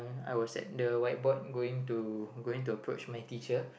I was at the whiteboard going to going to approach my teacher